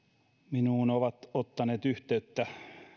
minuun ovat ottaneet yhteyttä